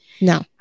No